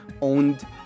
owned